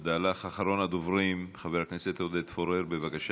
אחרון הדוברים, חבר הכנסת עודד פורר, בבקשה.